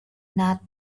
not